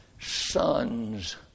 sons